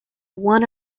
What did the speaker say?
one